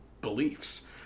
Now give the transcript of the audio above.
beliefs